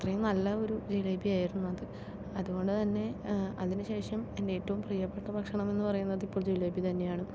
അത്രയും നല്ല ഒരു ജിലേബി ആയിരുന്നു അത് അതുകൊണ്ട് തന്നെ അതിനുശേഷം എന്റെ ഏറ്റവും പ്രിയപ്പെട്ട ഭക്ഷണം എന്ന് പറയുന്നത് ഇപ്പോൾ ജിലേബി തന്നെയാണ്